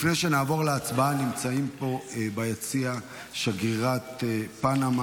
לפני שנעבור להצבעה, נמצאים פה ביציע שגרירת פנמה